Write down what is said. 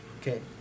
Okay